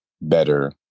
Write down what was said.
better